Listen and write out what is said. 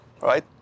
right